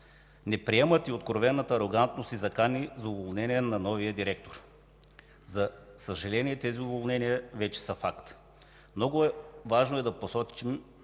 Не приемат и откровената арогантност и закани за уволнение на новия директор. За съжаление тези уволнения вече са факт. Много важно е да посочим